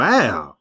Wow